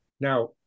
now